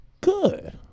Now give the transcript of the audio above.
good